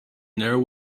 narrow